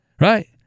right